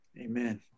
Amen